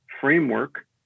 framework